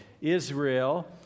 Israel